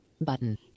button